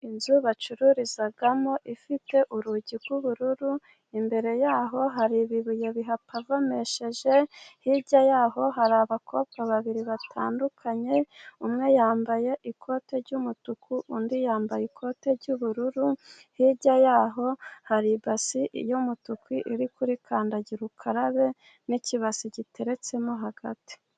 Inzu bacururizamo ifite urugi rw'ubururu imbere y'aho hari ibibuye bihapavomesheje, hirya y'aho hari abakobwa babiri batandukanye umwe yambaye ikote ry'umutuku undi yambaye ikote ry'ubururu, hirya y'aho hari ibasi y'umutuku iri kuri kandagira ukarabe, n'ikibasi giteretsemo hagati.